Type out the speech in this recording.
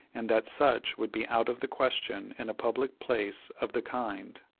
and that such would be out of the question in a public place of the kind.